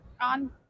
on